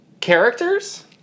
Characters